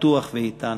בטוח ואיתן.